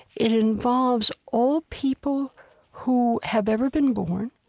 it involves all people who have ever been born,